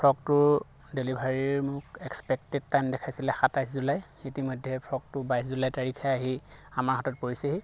ফ্ৰকটোৰ ডেলীভাৰিৰ মোক expected time দেখুৱাইছিলে সাতাইছ জুলাই ইতিমধ্যে ফ্ৰকটো বাইছ জুলাই তাৰিখে আহি আমাৰ হাতত পৰিছেহি